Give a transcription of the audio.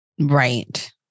Right